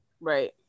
Right